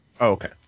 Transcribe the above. Okay